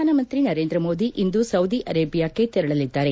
ಪ್ರಧಾನಮಂತ್ರಿ ನರೇಂದ್ರ ಮೋದಿ ಇಂದು ಸೌದಿ ಅರೇಬಿಯಾಕ್ಕೆ ತೆರಳಲಿದ್ದಾರೆ